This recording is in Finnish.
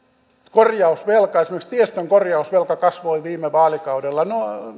korjausvelka esimerkiksi tiestön korjausvelka kasvoi viime vaalikaudella